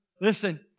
listen